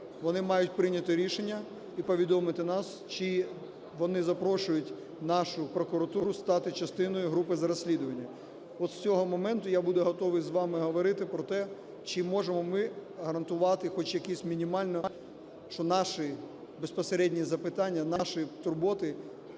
Вони мають прийняти рішення і повідомити нас, чи вони запрошують нашу прокуратуру стати частиною групи з розслідування. От з цього моменту я буду готовий з вами говорити про те, чи можемо ми гарантувати хоч якось мінімально, що наші безпосередньо запитання, наші турботи